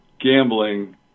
gambling